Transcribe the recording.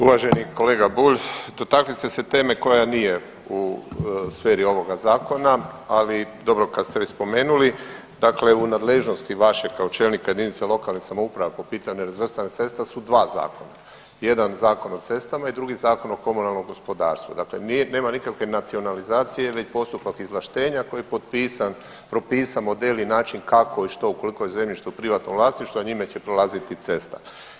Uvaženi kolega Bulj, dotakli ste se teme koja nije u sferi ovoga zakona, ali dobro kad ste već spomenuli, dakle u nadležnosti vaše kao čelnika JLS po pitanju nerazvrstanih cesta su dva zakona, jedan Zakon o cestama i drugi Zakon o komunalnom gospodarstvu, dakle nema nikakve nacionalizacije već postupak izvlaštenja koji je potpisan, propisan modeli i način kako i što ukoliko je zemljište u privatnom vlasništvu, a njime će prolaziti cesta.